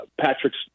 Patrick's